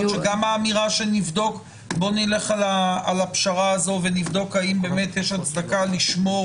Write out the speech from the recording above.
יכול להיות שגם נבדוק האם באמת יש הצדקה לשמור